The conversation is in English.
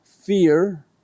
Fear